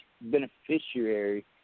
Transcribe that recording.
beneficiary